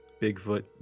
Bigfoot